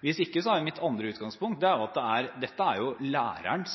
Hvis ikke er mitt andre utgangspunkt at dette er lærerens